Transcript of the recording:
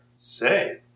Say